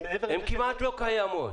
הן כמעט לא קיימות.